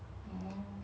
horses